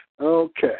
Okay